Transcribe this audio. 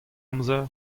amzer